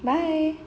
bye